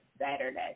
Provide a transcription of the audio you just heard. Saturday